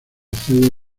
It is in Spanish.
accede